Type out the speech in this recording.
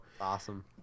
awesome